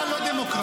אתה לא דמוקרט.